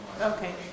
Okay